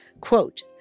quote